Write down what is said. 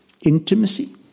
intimacy